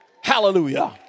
Hallelujah